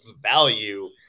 value